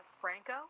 Franco